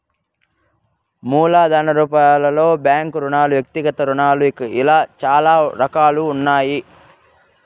మూలధన రూపాలలో బ్యాంకు రుణాలు వ్యక్తిగత రుణాలు ఇలా చాలా రకాలుగా ఉన్నాయి